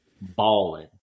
balling